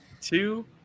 two